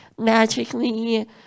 magically